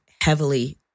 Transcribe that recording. heavily